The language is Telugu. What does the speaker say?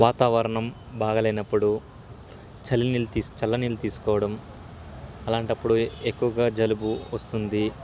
వాతావరణం బాగాలేనప్పుడు చల్లి నీళ్ళు తీ చల్లనీళ్ళు తీసుకోవడం అలాంటప్పుడు ఎక్కువగా జలుబు వస్తుంది